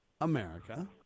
America